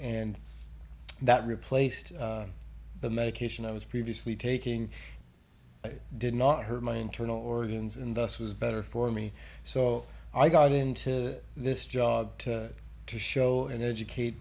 and that replaced the medication i was previously taking it did not hurt my internal organs and thus was better for me so i got into this job to show and educate